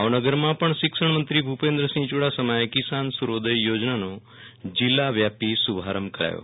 ભાવનગરમાં પણ શિક્ષણ મંત્રી ભુપેન્દ્રસિંહ યુડાસમાએ કિસાન સૂર્યોદય યોજનાનો જીલ્લા વ્યાપી શુભારંભ કરાવ્યો